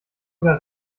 oder